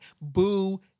boo